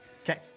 Okay